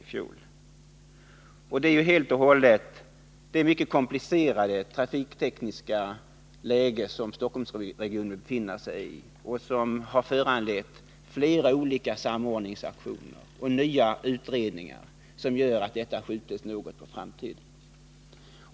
Det är helt och hållet Stockholmsregionens mycket komplicerade trafiktekniska läge, vilket har föranlett flera olika samordningsaktioner och nya utredningar, som gör att detta skjutits något på framtiden.